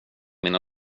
mina